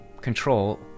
control